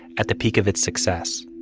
at the peak of its success,